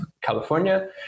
california